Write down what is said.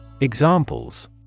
Examples